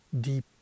deep